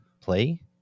play